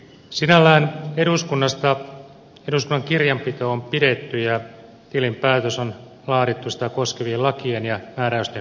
sinällään eduskunnan kirjanpito on pidetty ja tilinpäätös on laadittu sitä koskevien lakien ja määräysten mukaisesti